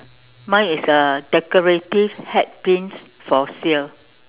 mine is uh decorative hat pins for sale